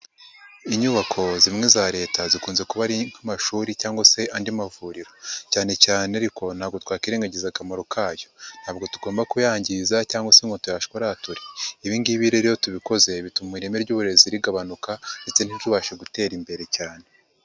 Inyubako zimwe za Leta zikunze kuba ari nk'amashuri cyangwa se andi mavuriro, cyane cyane ariko ntabwo twakirengagiza akamaro kayo, ntabwo tugomba kuyangiza cyangwa se ngo tuyashwarature, ibi ngibi rero tubikoze bituma ireme ry'uburezi rigabanuka ndetse ntitubashe gutera imbere cyane.